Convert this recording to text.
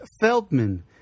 Feldman